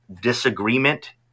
disagreement